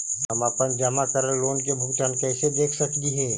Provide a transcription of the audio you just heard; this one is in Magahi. हम अपन जमा करल लोन के भुगतान कैसे देख सकली हे?